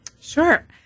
Sure